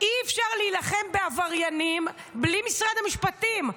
אי-אפשר להילחם בעבריינים בלי משרד המשפטים,